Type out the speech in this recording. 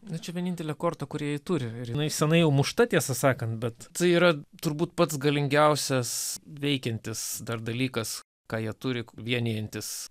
na čia vienintelė korta kurią jie turi ir jinai senai jau mušta tiesą sakant bet tai yra turbūt pats galingiausias veikiantis dar dalykas ką jie turi vienijantis